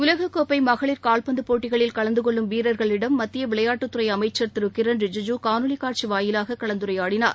உலகக்கோப்பை மகளிர் காவ்பந்துப் போட்டிகளில் கலந்து கொள்ளும் வீரர்களிடம் மத்திய விளையாட்டுத்துறை அமைச்சர் திரு கிரண் ரிஜிஜூ இன்று காணொலி காட்சி வாயிலாக கலந்துரையாடினார்